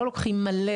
לא לוקחים מלא,